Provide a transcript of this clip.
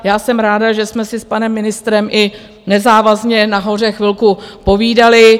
Já jsem ráda, že jsme si s panem ministrem i nezávazně nahoře chvilku povídali.